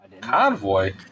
Convoy